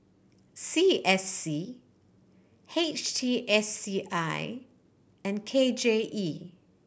C S C H T S C I and K J E